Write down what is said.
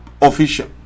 official